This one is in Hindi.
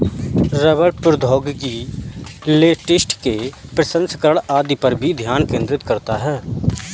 रबड़ प्रौद्योगिकी लेटेक्स के प्रसंस्करण आदि पर भी ध्यान केंद्रित करता है